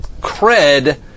Cred